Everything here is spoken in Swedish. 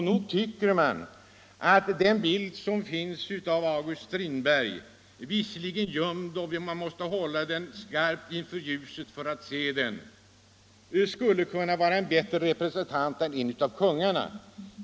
Nog tycker man att August Strindberg —- det finns visserligen en bild av honom på en sedel men så gömd att man måste hålla sedeln mot ljuset för att se den — skulle kunna vara en bättre representant än en av kungarna.